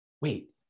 wait